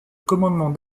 commandement